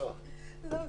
וסמכויותיה לעניין